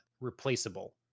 replaceable